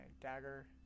dagger